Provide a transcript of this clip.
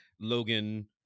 Logan